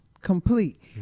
complete